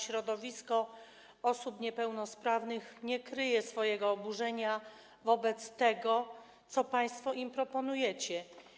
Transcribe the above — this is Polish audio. Środowisko osób niepełnosprawnych nie kryje swojego oburzenia wobec tego, co państwo im proponujecie.